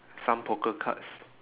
some poker cards